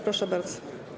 Proszę bardzo.